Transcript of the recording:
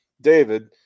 David